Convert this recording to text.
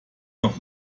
noch